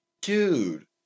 dude